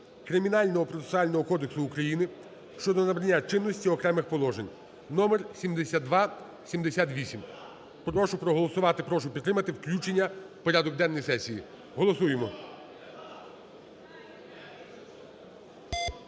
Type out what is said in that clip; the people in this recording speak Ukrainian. Кримінального процесуального кодексу України щодо набрання чинності окремих положень (номер 7278). Прошу проголосувати, прошу підтримати включення у порядок денний сесії. Голосуємо.